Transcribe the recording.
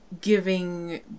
giving